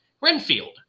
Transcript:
Renfield